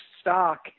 stock